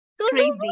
crazy